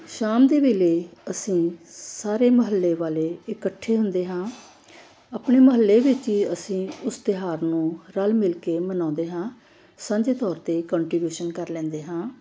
ਸ਼ਾਮ ਦੇ ਵੇਲੇ ਅਸੀਂ ਸਾਰੇ ਮੁਹੱਲੇ ਵਾਲੇ ਇਕੱਠੇ ਹੁੰਦੇ ਹਾਂ ਆਪਣੇ ਮੁਹੱਲੇ ਵਿੱਚ ਹੀ ਅਸੀਂ ਉਸ ਤਿਉਹਾਰ ਨੂੰ ਰਲ ਮਿਲ ਕੇ ਮਨਾਉਂਦੇ ਹਾਂ ਸਾਂਝੇ ਤੌਰ 'ਤੇ ਕੰਟਰੀਬਿਊਸ਼ਨ ਕਰ ਲੈਂਦੇ ਹਾਂ